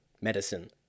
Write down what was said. medicine